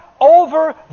over